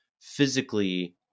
physically